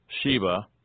Sheba